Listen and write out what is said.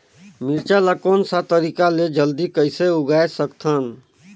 मिरचा ला कोन सा तरीका ले जल्दी कइसे उगाय सकथन?